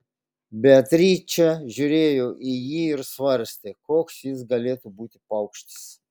beatričė žiūrėjo į jį ir svarstė koks jis galėtų būti paukštis